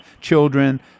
children